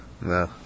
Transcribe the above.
No